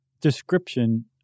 description